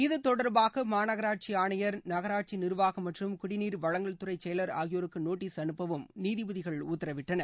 இது தொடர்பாக மாநகராட்சி ஆணையர் நகராட்சி நிர்வாகம் மற்றும் குடிநீர் வழங்கல் துறை செயலர் ஆகியோருக்கு நோட்டீஸ் அனுப்பவும் நீதிபதிகள் உத்தரவிட்டனர்